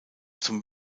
zum